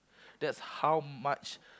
that's how much